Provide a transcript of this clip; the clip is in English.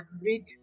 read